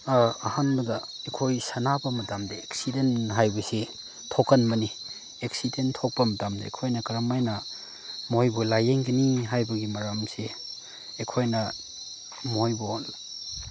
ꯑꯍꯥꯟꯕꯗ ꯑꯩꯈꯣꯏ ꯁꯥꯟꯅꯕ ꯃꯇꯝꯗ ꯑꯦꯛꯁꯤꯗꯦꯟ ꯍꯥꯏꯕꯁꯤ ꯊꯣꯛꯀꯟꯕꯅꯤ ꯑꯦꯛꯁꯤꯗꯦꯟ ꯊꯣꯛꯄ ꯃꯇꯝꯗ ꯑꯩꯈꯣꯏꯅ ꯀꯔꯝ ꯍꯥꯏꯅ ꯃꯣꯏꯕꯨ ꯂꯥꯏꯌꯦꯡꯒꯅꯤ ꯍꯥꯏꯕꯒꯤ ꯃꯔꯝꯁꯤ ꯑꯩꯈꯣꯏꯅ ꯃꯣꯏꯕꯨ